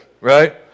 right